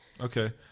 Okay